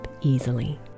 easily